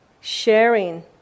sharing